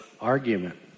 argument